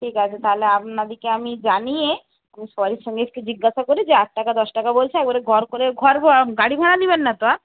ঠিক আছে তাহলে আপনাদিকে আমি জানিয়ে সবাইয়ের সঙ্গে একটু জিজ্ঞাসা করে যে আট টাকা দশ টাকা বলছে একেবারে ঘর করে ঘর গাড়ি ভাড়া নিবেন না তো আর